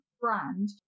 brand